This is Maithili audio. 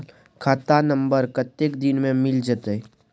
खाता नंबर कत्ते दिन मे मिल जेतै?